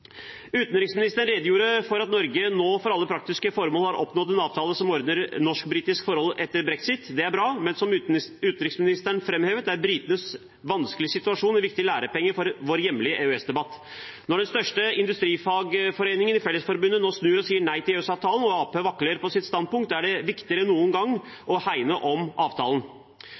Utenriksministeren redegjorde for at Norge nå for alle praktiske formål har oppnådd en avtale som ordner norsk-britiske forhold etter brexit. Det er bra, men som utenriksministeren framhevet, er britenes vanskelige situasjon en viktig lærepenge for vår hjemlige EØS-debatt. Når den største industrifagforeningen i Fellesforbundet nå snur og sier nei til EØS-avtalen, og Arbeiderpartiet vakler i sitt standpunkt, er det viktigere enn noen gang å hegne om avtalen.